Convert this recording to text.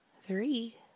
three